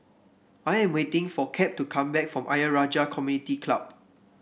I am waiting for Cap to come back from Ayer Rajah Community Club